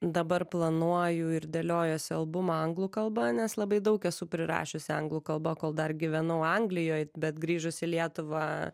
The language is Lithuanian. dabar planuoju ir dėliojuosi albumą anglų kalba nes labai daug esu prirašiusi anglų kalba kol dar gyvenau anglijoj bet grįžus į lietuvą